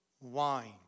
wine